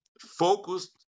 focused